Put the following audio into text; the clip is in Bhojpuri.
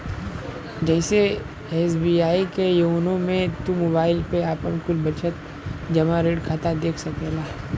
जइसे एस.बी.आई के योनो मे तू मोबाईल पे आपन कुल बचत, जमा, ऋण खाता देख सकला